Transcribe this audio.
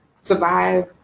survive